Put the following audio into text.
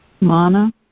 Mana